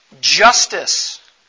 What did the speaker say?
Justice